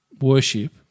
worship